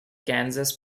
kansas